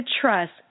trust